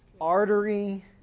artery